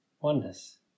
oneness